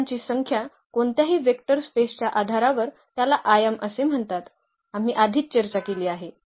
घटकांची संख्या कोणत्याही वेक्टर स्पेसच्या आधारावर त्याला आयाम असे म्हणतात आम्ही आधीच चर्चा केली आहे